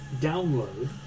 download